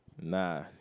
Nah